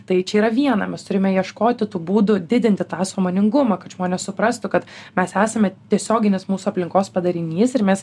tai čia yra viena mes turime ieškoti tų būdų didinti tą sąmoningumą kad žmonės suprastų kad mes esame tiesioginis mūsų aplinkos padarinys ir mes